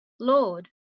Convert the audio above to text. Lord